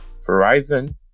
Verizon